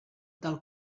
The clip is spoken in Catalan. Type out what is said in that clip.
del